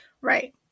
Right